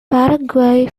paraguay